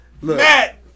Matt